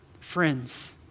Friends